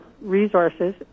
resources